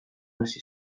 hasi